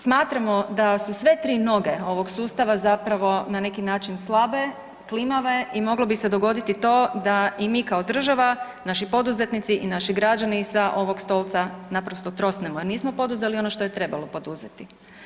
Smatramo da su sve tri noge ovog sustava na neki način slabe, klimave i moglo bi se dogoditi to da i mi kao država, naši poduzetnici i naši građani sa ovog stolca naprosto trosnemo jer nismo poduzeli ono što je trebalo poduzeti.